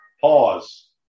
Pause